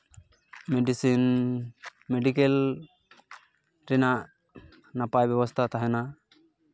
medicine medical ᱨᱮᱱᱟᱜ ᱱᱟᱯᱟᱭ ᱵᱮᱵᱚᱥᱛᱷᱟ ᱛᱟᱦᱮᱱᱟ